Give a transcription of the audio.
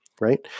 right